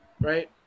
right